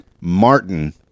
Martin